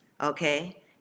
okay